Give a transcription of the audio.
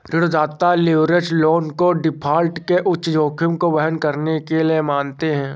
ऋणदाता leverage loan को default के उच्च जोखिम को वहन करने के लिए मानते हैं